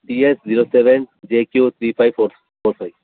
TS zero seven J Q three five four five